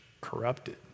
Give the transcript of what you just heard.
Corrupted